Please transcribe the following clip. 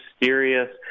mysterious